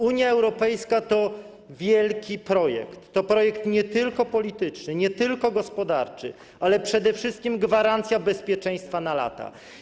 Unia Europejska to wielki projekt, to projekt nie tylko polityczny, nie tylko gospodarczy, ale przede wszystkim gwarancja bezpieczeństwa na lata.